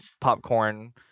popcorn